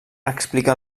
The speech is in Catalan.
explica